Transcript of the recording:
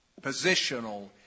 positional